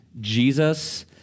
Jesus